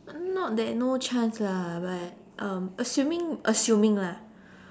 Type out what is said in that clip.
not that no chance lah but um assuming assuming lah